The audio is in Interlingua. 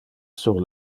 sur